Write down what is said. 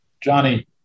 Johnny